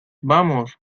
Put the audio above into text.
vamos